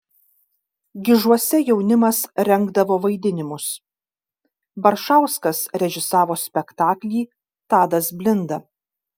gižuose jaunimas rengdavo vaidinimus baršauskas režisavo spektaklį tadas blinda